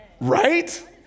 Right